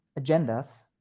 agendas